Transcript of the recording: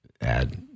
add